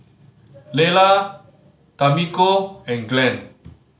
Lela Tamiko and Glen